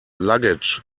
luggage